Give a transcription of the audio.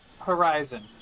horizon